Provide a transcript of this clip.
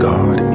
God